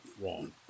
wrong